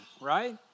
right